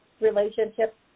relationship